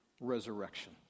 resurrection